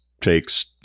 takes